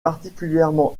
particulièrement